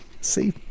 see